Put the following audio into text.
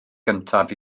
gyntaf